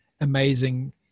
amazing